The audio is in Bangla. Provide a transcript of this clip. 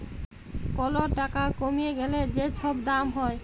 কল টাকা কইমে গ্যালে যে ছব দাম হ্যয়